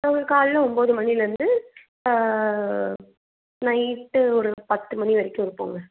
ம் காலைல ஒம்பது மணில இருந்து நைட்டு ஒரு பத்து மணி வரைக்கும் இருப்போங்க